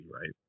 right